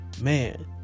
man